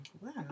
wow